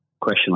question